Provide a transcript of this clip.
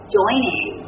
joining